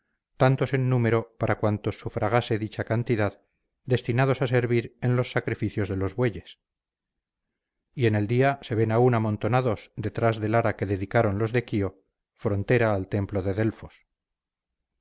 hierro tantos en número para cuantos sufragase dicha cantidad destinados a servir en los sacrificios de los bueyes y en el día se ven aun amontonados detrás del ara que dedicaron los de quío frontera al templo de delfos